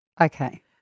Okay